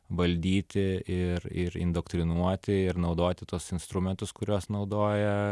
valdyti ir ir indoktrinuoti ir naudoti tuos instrumentus kuriuos naudoja